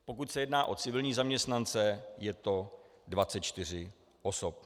Pokud se jedná o civilní zaměstnance, je to 24 osob.